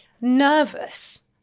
nervous